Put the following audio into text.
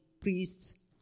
priests